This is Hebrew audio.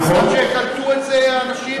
עד שקלטו את זה אנשים,